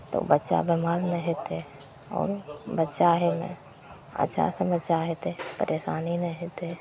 तऽ बच्चाके मोनमे हेतै आओर बच्चा अच्छासे बच्चा हेतै परेशानी नहि हेतै